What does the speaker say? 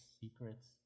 secrets